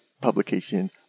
publication